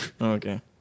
Okay